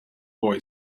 boy